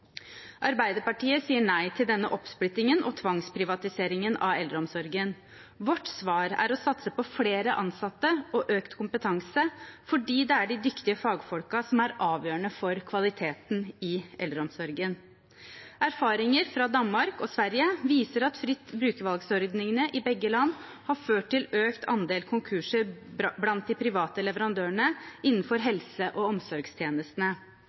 Arbeiderpartiet sier nei til denne oppsplittingen og tvangsprivatiseringen av eldreomsorgen. Vårt svar er å satse på flere ansatte og økt kompetanse, fordi det er de dyktige fagfolkene som er avgjørende for kvaliteten i eldreomsorgen. Erfaringer fra Danmark og Sverige viser at ordningene med fritt brukervalg i begge land har ført til økt andel konkurser blant de private leverandørene innenfor helse- og omsorgstjenestene.